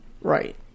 Right